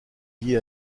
liée